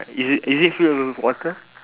is it is it filled with water